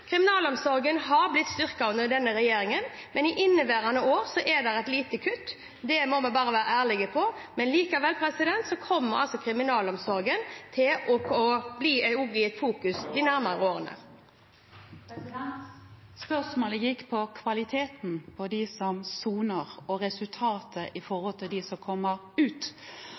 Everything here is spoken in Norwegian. Kriminalomsorgen har blitt styrket under denne regjeringen, men i inneværende år er det et lite kutt. Det må vi bare være ærlige på. Likevel kommer kriminalomsorgen til å være i fokus også de nærmeste årene. Spørsmålet gikk på kvaliteten for dem som soner, og resultatet for dem som kommer ut.